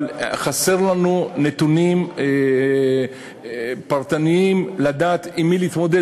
אבל חסרים לנו נתונים פרטניים לדעת עם מה להתמודד.